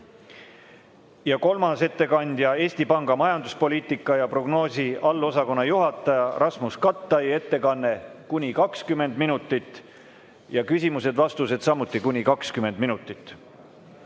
Kolmandaks on Eesti Panga majanduspoliitika ja -prognoosi allosakonna juhataja Rasmus Kattai ettekanne kuni 20 minutit ning küsimused-vastused samuti kuni 20 minutit.